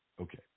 Okay